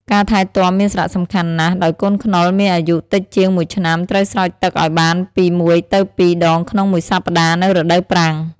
ការថែទាំមានសារៈសំខាន់ណាស់ ដោយកូនខ្នុរដែលមានអាយុតិចជាងមួយឆ្នាំ ត្រូវស្រោចទឹកឲ្យបានពី ១ ទៅ ២ ដងក្នុងមួយសប្តាហ៍នៅរដូវប្រាំង។